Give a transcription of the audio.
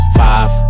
five